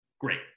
great